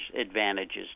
advantages